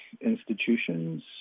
institutions